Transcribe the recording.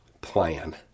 plan